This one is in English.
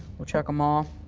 we'll check them all.